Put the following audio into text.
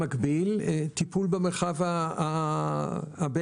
במקביל, טיפול במרחב הבין-עירוני,